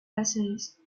essays